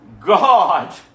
God